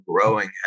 growing